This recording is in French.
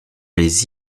les